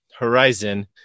horizon